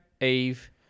Eve